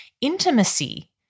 intimacy